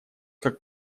как